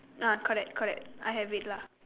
ah correct correct I have it lah